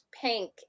Pink